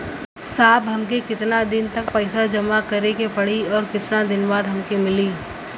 साहब हमके कितना दिन तक पैसा जमा करे के पड़ी और कितना दिन बाद हमके मिली?